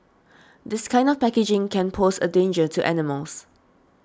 this kind of packaging can pose a danger to animals